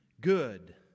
good